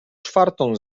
czwartą